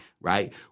right